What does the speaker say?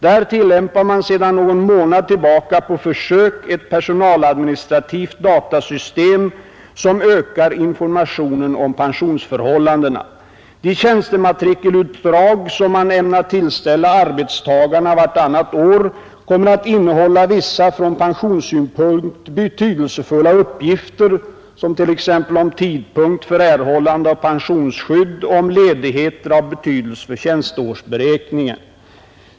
Där tillämpar man sedan någon månad tillbaka på försök ett personaladministrativt datasystem som ökar informationen om pensionsförhållandena. De tjänstematrikelutdrag, som man ämnar tillställa arbetstagarna vartannat år, kommer att innehålla vissa från pensionssynpunkt betydelsefulla uppgifter som t.ex. om tidpunkt för erhållande av pensionsskydd och om ledigheter av betydelse för tjänsteårsberäkningen.